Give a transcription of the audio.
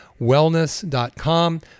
wellness.com